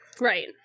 Right